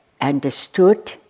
understood